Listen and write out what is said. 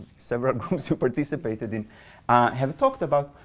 several groups who participated in have talked about,